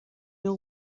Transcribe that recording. your